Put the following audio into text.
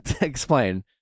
Explain